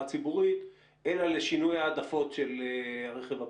ציבורית אלא לשינוי העדפות של הרכב הפרטי,